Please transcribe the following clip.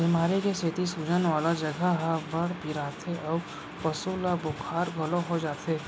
बेमारी के सेती सूजन वाला जघा ह बड़ पिराथे अउ पसु ल बुखार घलौ हो जाथे